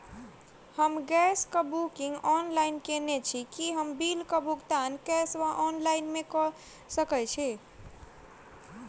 हम गैस कऽ booking online केने छी, की हम बिल कऽ भुगतान कैश वा ऑफलाइन मे कऽ सकय छी?